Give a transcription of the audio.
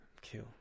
Kill